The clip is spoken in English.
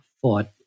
fought